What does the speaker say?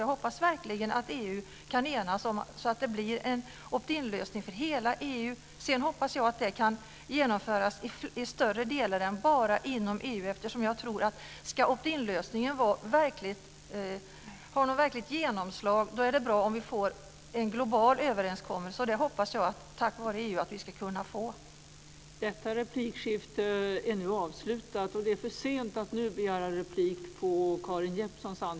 Jag hoppas verkligen att EU kan enas så att det blir en opt in-lösning för hela EU. Sedan hoppas jag att det kan genomföras i större områden än bara inom EU. Ska opt in-lösningen ha något verkligt genomslag är det bra om vi får en global överenskommelse. Det hoppas jag att vi ska kunna få tack vare EU.